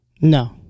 No